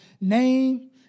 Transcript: name